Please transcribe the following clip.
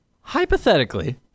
Hypothetically